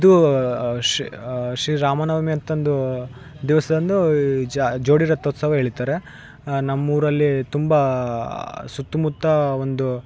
ಇದು ಶ್ರೀ ರಾಮನವಮಿ ಅಂತಂದು ದಿವಸ್ದಂದು ಈ ಜೋಡಿ ರಥೋತ್ಸವ ಎಳೀತಾರೆ ನಮ್ಮೂರಲ್ಲಿ ತುಂಬ ಸುತ್ಮುತ್ತ ಒಂದು